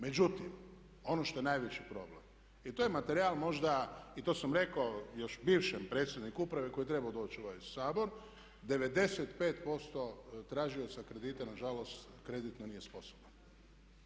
Međutim, ono što je najveći problem, to je materijal možda i to sam rekao još bivšem predsjedniku uprave koji je trebao doći u ovaj Sabor, 95% tražioca kredita nažalost kreditno nije sposobno.